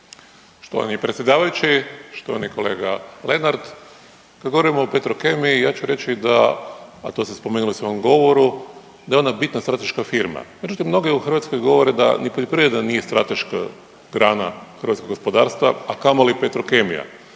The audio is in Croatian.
Štovani predsjedavajući, štovani kolega Lenart. Kad govorimo o Petrokemiji ja ću reći da, a to ste spomenuli u svome govoru, da je ona bitna strateška firma, međutim mnogi u Hrvatskoj govore da ni poljoprivreda nije strateška grana hrvatskog gospodarstva, a kamoli Petrokemija.